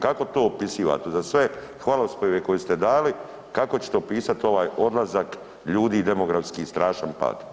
Kako to opisivate uza sve hvalospjeve koje ste dali, kako ćete opisat ovaj odlazak ljudi i demografski strašan pad?